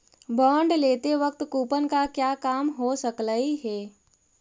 bond लेते वक्त coupon का क्या काम हो सकलई हे